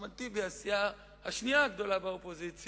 צריך להוריד מסים